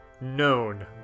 known